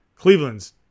Cleveland's